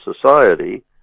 society